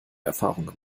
erfahrung